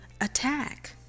attack